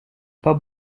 pas